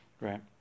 Right